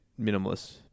minimalist